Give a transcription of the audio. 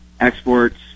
exports